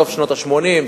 בסוף שנות ה-80.